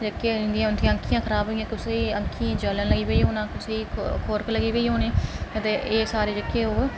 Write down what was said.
जेहकियां उंदियां अक्खियां खराब होई गेइयां कुसै दियें अक्खियें जलन लगी पेई पौन कुसै ई खुरक लगी पेई होन अदे एह् सारी